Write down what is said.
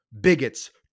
bigots